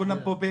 אושר פה אחד.